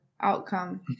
outcome